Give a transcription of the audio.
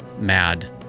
Mad